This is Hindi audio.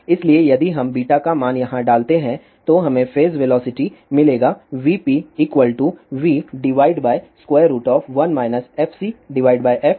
इसलिए यदि हम का मान यहां डालते हैं तो हमें फेज वेलोसिटी मिलेगा vpv1 fcf2